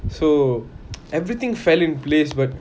so everything fell in place but